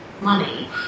money